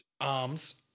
arms